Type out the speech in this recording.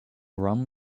rum